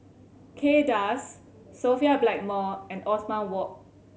Kay Das Sophia Blackmore and Othman Wok